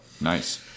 nice